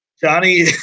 Johnny